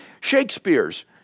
Shakespeare's